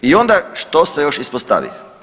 I onda što se još ispostavi?